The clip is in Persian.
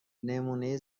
نمونه